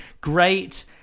great